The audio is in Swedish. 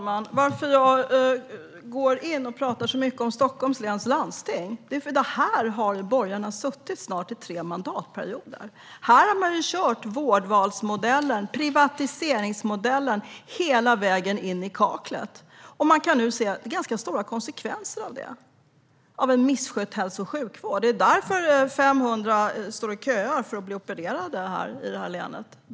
Herr talman! Att jag pratar så mycket om Stockholms läns landsting är för att här har borgarna suttit vid makten i snart tre mandatperioder. Här har man kört vårdvalsmodellen, privatiseringsmodellen, hela vägen in i kaklet. Man kan nu se ganska stora konsekvenser av det här, av en misskött hälso och sjukvård. Det är därför 500 står och köar för att bli opererade i det här länet.